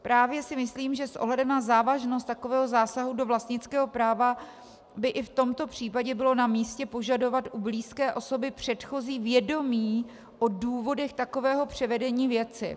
Právě si myslím, že s ohledem na závažnost takového zásahu do vlastnického práva by i v tomto případě bylo namístě požadovat u blízké osoby předchozí vědomí o důvodech takového převedení věci.